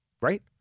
Right